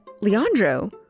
Leandro